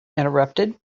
interrupted